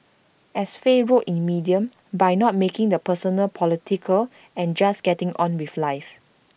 as Faye wrote in medium by not making the personal political and just getting on with life